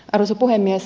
arvoisa puhemies